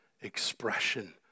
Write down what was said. expression